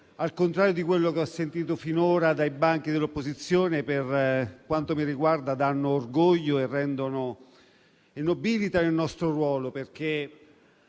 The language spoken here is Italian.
al contrario di quanto ho sentito finora dai banchi dell'opposizione, per quanto mi riguarda, danno orgoglio e nobilitano il nostro ruolo, perché